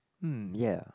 hmm ya